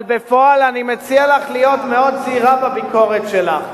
אבל בפועל אני מציע לך להיות מאוד זהירה בביקורת שלך,